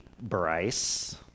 Bryce